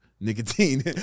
nicotine